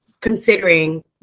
considering